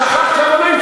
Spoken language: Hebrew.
שכחת.